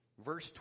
Verse